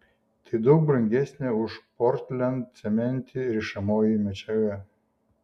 tai daug brangesnė už portlandcementį rišamoji medžiaga